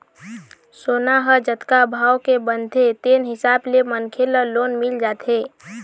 सोना ह जतका भाव के बनथे तेन हिसाब ले मनखे ल लोन मिल जाथे